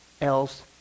else